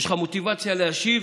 יש לך מוטיבציה להשיב